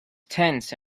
tense